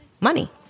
money